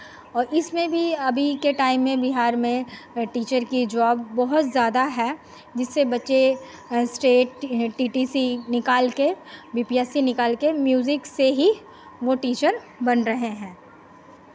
और इसमें भी अभी के टाइम में बिहार में टीचर की जॉब बहुत ज़्यादा है जिससे बच्चे हर स्टेट टी टी सी निकाल के बी पी एस सी निकाल के म्यूज़िक से ही वो टीचर बन रहे हैं